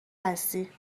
هستی